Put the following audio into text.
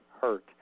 hurt